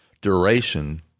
duration